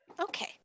Okay